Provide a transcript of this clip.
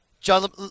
John